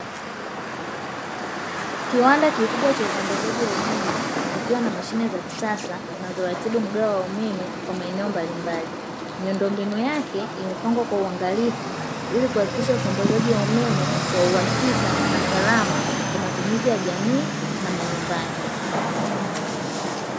Kiwanda kikubwa cha usambazaji wa umeme, kikiwa na mashine za kisasa zinazoratibu magawo wa umeme kwa maeneo mbalimbali. Miundombinu yake imepangwa kwa uangalifu, ili kuhakikisha usambazaji wa umeme wa uhakika na salama kwa matumizi ya jamii na manyumbani.